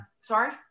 sorry